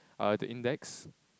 uh the index